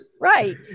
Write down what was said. Right